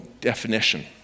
definition